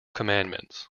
commandments